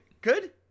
Good